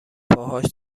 پاهاش